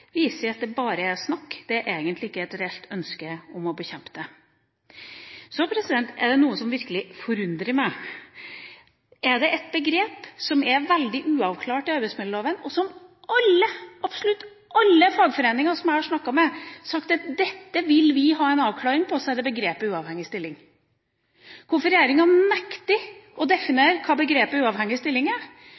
viser at det bare er snakk – det er egentlig ikke et reelt ønske om å bekjempe det. Det er noe som virkelig forundrer meg. Er det ett begrep i arbeidsmiljøloven som er veldig uavklart, og som alle – absolutt alle – fagforeninger som jeg har snakket med, har sagt at de vil ha en avklaring av, er det begrepet «uavhengig stilling». Hvorfor regjeringa nekter å definere hva begrepet «uavhengig stilling»